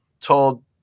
told